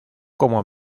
como